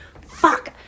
fuck